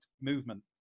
movement